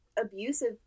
abusive